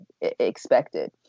expected